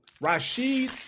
Rashid